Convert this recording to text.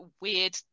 weird